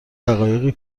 دقایقی